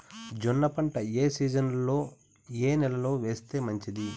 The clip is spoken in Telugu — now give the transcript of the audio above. జొన్న పంట ఏ సీజన్లో, ఏ నెల లో వేస్తే మంచిది?